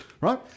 Right